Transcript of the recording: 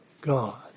God